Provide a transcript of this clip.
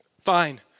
Fine